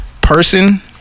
person